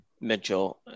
Mitchell